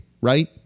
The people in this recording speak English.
right